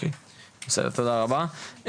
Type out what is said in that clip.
תודה רבה.